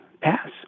Pass